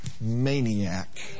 maniac